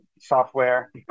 software